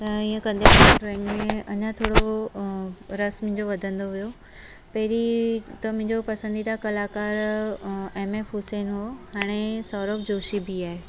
त हीअं कंदे ड्रॉइंग में अञा थोरो रस मुंहिंजो वधंदो वियो पहिरीं त मुंहिंजो पसंदीदा कलाकारु एम एफ हुसैन हुओ हाणे सौरभ जोशी बि आहे